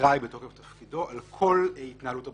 אחראי בתוקף תפקידו על כל התנהלות הבחירות.